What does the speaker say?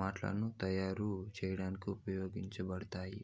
మ్యాట్లను తయారు చేయడానికి ఉపయోగించబడతాయి